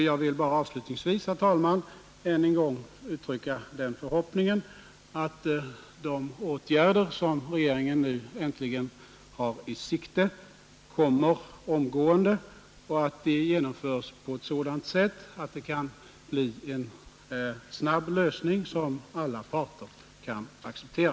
Jag vill bara avslutningsvis, herr talman, uttrycka förhoppningen att de åtgärder som regeringen nu äntligen har i sikte vidtas omgående och att de genomförs på ett sådant sätt att man kan få till stånd en snabb lösning som alla parter kan acceptera.